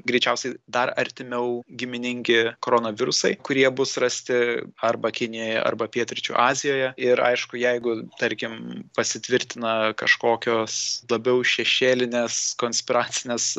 greičiausiai dar artimiau giminingi koronavirusai kurie bus rasti arba kinijoj arba pietryčių azijoje ir aišku jeigu tarkim pasitvirtina kažkokios labiau šešėlinės konspiracinės